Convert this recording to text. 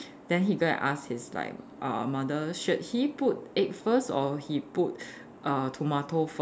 then he go and ask his like uh mother should he put egg first or he put uh tomato first